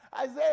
Isaiah